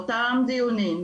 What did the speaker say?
באותם דיונים,